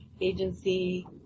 agency